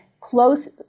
close